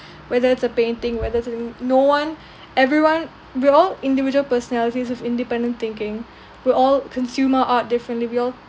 whether it's a painting whether it's a no one everyone we're all individual personalities of independent thinking we're all consume our art differently we all